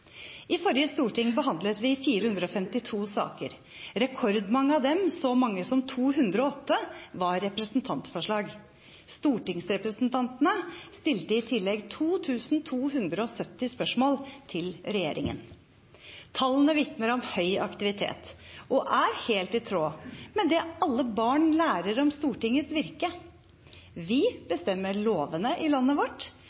I forrige storting behandlet vi 452 saker. Rekordmange av dem, så mange som 208, var representantforslag. Stortingsrepresentantene stilte i tillegg 2 270 spørsmål til regjeringen. Tallene vitner om høy aktivitet og er helt i tråd med det alle barn lærer om Stortingets virke. Vi